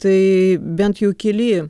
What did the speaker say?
tai bent jau keli